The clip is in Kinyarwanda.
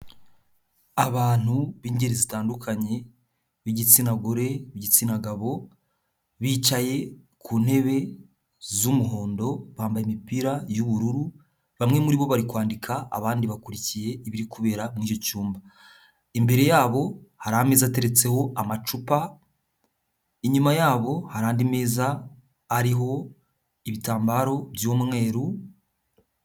Abantu b'ingeri zitandukanye b'igitsina gore, b'igitsina gabo. Bicaye ku ntebe z'umuhondo bambaye imipira y'ubururu. Bamwe muri bo barikwandika, abandi bakurikiye ibirikubera mu icyo cyumba. Imbere yabo hari ameza ateretseho amacupa. Inyuma yabo hari andi meza ariho ibitambaro by'umweru.